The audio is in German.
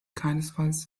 keinesfalls